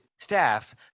staff